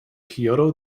kyoto